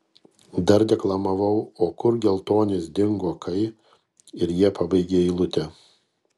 dar deklamavau o kur geltonis dingo kai ir jie pabaigė eilutę